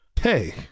Hey